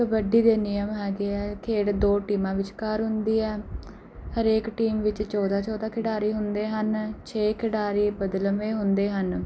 ਕਬੱਡੀ ਦੇ ਨਿਯਮ ਹੈਗੇ ਆ ਖੇਡ ਦੋ ਟੀਮਾਂ ਵਿਚਕਾਰ ਹੁੰਦੀ ਹੈ ਹਰੇਕ ਟੀਮ ਵਿੱਚ ਚੌਦ੍ਹਾਂ ਚੌਦ੍ਹਾਂ ਖਿਡਾਰੀ ਹੁੰਦੇ ਹਨ ਛੇ ਖਿਡਾਰੀ ਬਦਲਵੇਂ ਹੁੰਦੇ ਹਨ